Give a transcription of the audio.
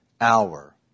hour